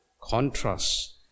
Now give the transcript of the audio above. contrast